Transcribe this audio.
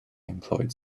employed